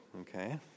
Okay